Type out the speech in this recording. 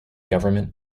government